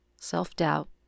self-doubt